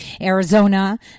Arizona